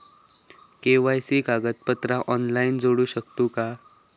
KYC कागदपत्रा online जोडू शकतू का?